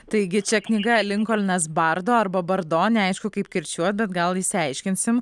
taigi čia knyga linkolnas bardo arba bardo neaišku kaip kirčiuot bet gal išsiaiškinsim